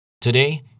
Today